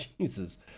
Jesus